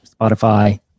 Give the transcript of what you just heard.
Spotify